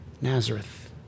Nazareth